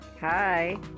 Hi